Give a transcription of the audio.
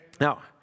Now